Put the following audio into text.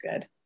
good